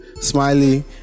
Smiley